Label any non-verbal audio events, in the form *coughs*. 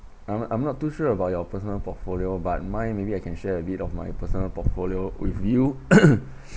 I'm I'm not too sure about your personal portfolio but mine maybe I can share a bit of my personal portfolio with you *coughs*